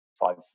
five